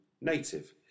Native